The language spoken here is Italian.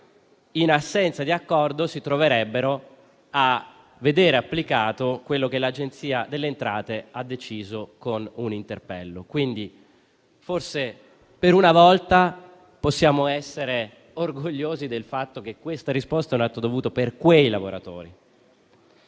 in assenza di accordo, si troverebbero a vedere applicato quello che l'Agenzia delle entrate ha deciso con un interpello. Quindi, forse, per una volta possiamo essere orgogliosi del fatto che una tale risposta è un atto dovuto per quei lavoratori.